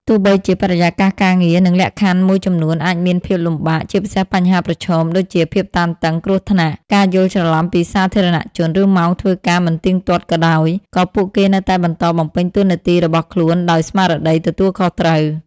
ទោះបីជាបរិយាកាសការងារ និងលក្ខខណ្ឌមួយចំនួនអាចមានភាពលំបាក ជាពិសេសបញ្ហាប្រឈមដូចជាភាពតានតឹង គ្រោះថ្នាក់ ការយល់ច្រឡំពីសាធារណជន ឬម៉ោងធ្វើការមិនទៀងទាត់ក៏ដោយ ក៏ពួកគេនៅតែបន្តបំពេញតួនាទីរបស់ខ្លួនដោយស្មារតីទទួលខុសត្រូវ។